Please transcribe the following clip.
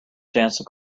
danced